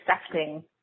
accepting